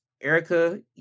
Erica